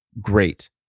great